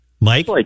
Mike